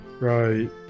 right